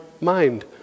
mind